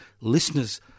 Listeners